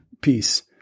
piece